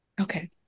Okay